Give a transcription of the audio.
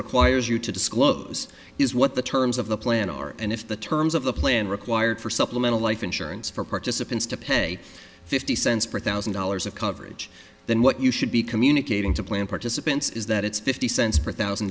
requires you to disclose is what the terms of the plan are and if the terms of the plan required for supplemental life insurance for participants to pay fifty cents per thousand dollars of coverage than what you should be communicating to plan participants is that it's fifty cents per thousand